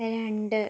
രണ്ട്